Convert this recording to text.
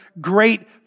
great